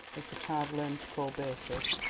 as the child learned to call beatrice,